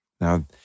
Now